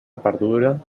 perduda